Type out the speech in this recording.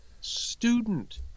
student